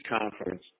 Conference